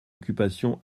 occupation